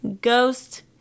Ghost